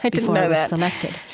but before it was selected.